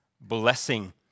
blessing